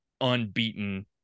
unbeaten